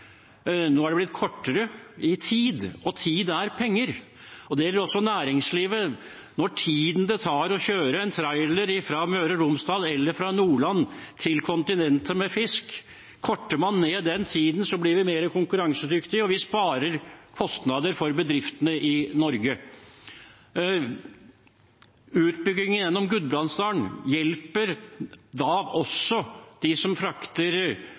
Nå er det blitt kortere – i tid, og tid er penger. Det gjelder også næringslivet. Om man korter ned tiden det tar å kjøre en trailer fra Møre og Romsdal eller fra Nordland til kontinentet med fisk, blir vi mer konkurransedyktige, og vi sparer kostnader for bedriftene i Norge. Utbyggingen gjennom Gudbrandsdalen hjelper også dem som frakter